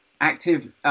active